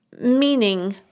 Meaning